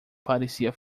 parecia